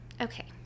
Okay